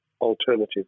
alternative